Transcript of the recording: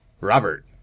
Robert